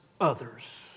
others